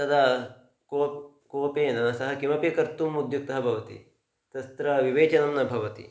तदा कोपः कोपेन सः किमपि कर्तुम् उद्युक्तः भवति तस्त्र विवेचनं न भवति